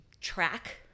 track